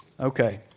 Okay